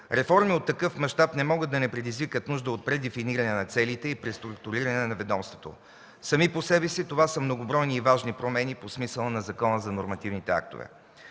Реформи от такъв мащаб не могат да не предизвикат нужда от предефиниране на целите и преструктуриране на ведомството. Сами по себе си това са многобройни и важни промени по смисъла на Закона за нормативните актове.